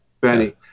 Benny